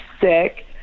sick